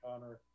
Connor